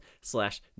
slash